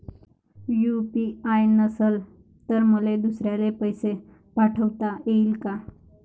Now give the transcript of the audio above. UPI नसल तर मले दुसऱ्याले पैसे पाठोता येईन का?